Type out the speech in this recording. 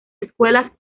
escuelas